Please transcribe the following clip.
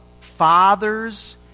fathers